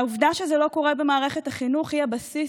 העובדה שזה לא קורה במערכת החינוך היא הבסיס